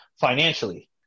financially